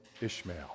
Ishmael